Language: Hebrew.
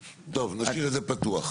--- טוב, נשאיר את זה פתוח.